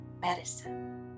medicine